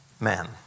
men